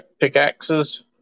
pickaxes